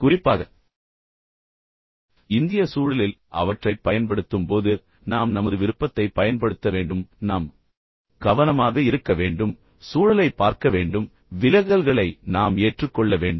எனவே குறிப்பாக இந்திய சூழலில் அவற்றைப் பயன்படுத்தும்போது நாம் நமது விருப்பத்தைப் பயன்படுத்த வேண்டும் நாம் மிகவும் கவனமாக இருக்க வேண்டும் சூழலைப் பார்க்க வேண்டும் விலகல்களை நாம் ஏற்றுக்கொள்ள வேண்டும்